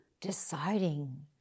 deciding